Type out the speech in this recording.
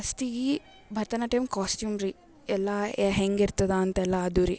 ಫಸ್ಟಿಗೀ Bharatanatyam costume ರೀ ಎಲ್ಲ ಹೆಂಗಿರ್ತದೆ ಅಂತೆಲ್ಲ ಅದು ರೀ